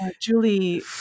Julie